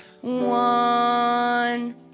One